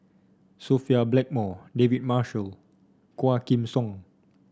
Sophia Blackmore David Marshall Quah Kim Song